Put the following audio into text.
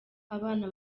abana